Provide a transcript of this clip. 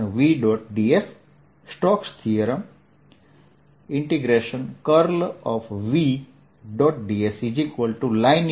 ds Stokestheorem v